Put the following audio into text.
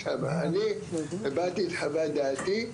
אני הבעתי את חוות דעתי,